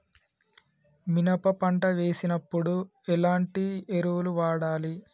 మినప పంట వేసినప్పుడు ఎలాంటి ఎరువులు వాడాలి?